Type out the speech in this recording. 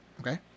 Okay